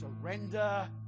surrender